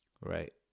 Right